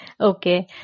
Okay